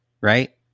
Right